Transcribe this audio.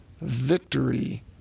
victory